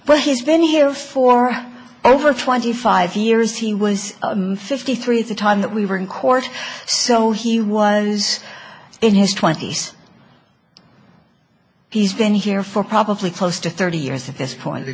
but he's been here for over twenty five years he was fifty three the time that we were in court so he was in his twenty's he's been here for probably close to thirty years at this point